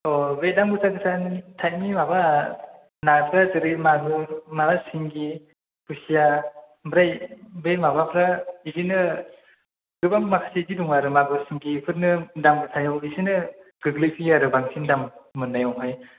औ बे दाम गोसा गोसा थाइबनि माबा नास्राय गोरि मागुर ना सिंगि खुसिया ओमफ्राय बे माबाफ्रा बिदिनो गोबां माखासे इदि दं आरो मागुर सिंगि बेफोरनो दाम गोसायाव बिसोरनो गोग्लैनोसै आरो बांसिन दाम मोननायावहाय